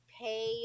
pay